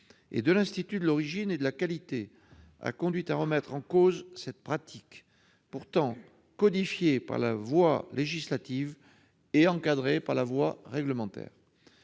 et de l'Institut national de l'origine et de la qualité, l'INAO, a conduit à remettre en cause cette pratique, pourtant codifiée par la voie législative et encadrée par la voie réglementaire.